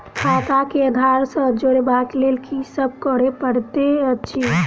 खाता केँ आधार सँ जोड़ेबाक लेल की सब करै पड़तै अछि?